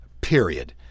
period